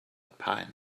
pine